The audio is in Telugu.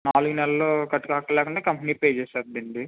నాలుగు నెలలు కట్టక్కర్లేకుండా కంపెనీ పే చేస్తుందండి